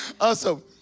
Awesome